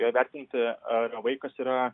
įvertinti ar vaikas yra